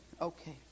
Okay